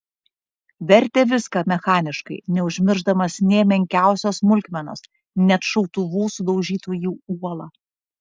vertė viską mechaniškai neužmiršdamas nė menkiausios smulkmenos net šautuvų sudaužytų į uolą